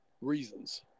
reasons